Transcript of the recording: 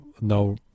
no